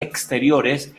exteriores